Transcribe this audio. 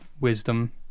wisdom